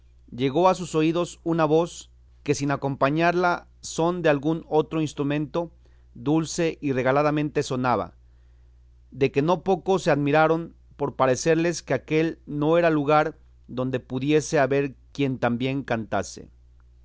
llegó a sus oídos una voz que sin acompañarla son de algún otro instrumento dulce y regaladamente sonaba de que no poco se admiraron por parecerles que aquél no era lugar donde pudiese haber quien tan bien cantase